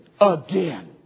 again